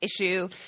issue